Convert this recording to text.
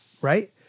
right